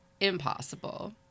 Impossible